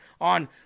on